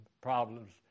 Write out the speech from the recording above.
problems